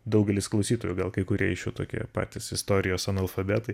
daugelis klausytojų gal kai kurie iš jų tokie patys istorijos analfabetai